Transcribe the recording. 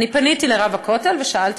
פניתי אל רב הכותל ושאלתי,